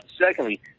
Secondly